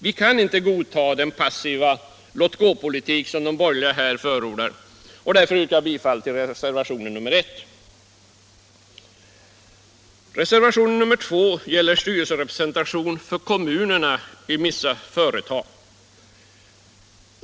Vi kan inte godta den passiva låtgåpolitik som de borgerliga här förordar. Därför yrkar jag bifall till reservationen 1. Reservationen 2 gäller styrelserepresentationen för kommunerna i vissa företag.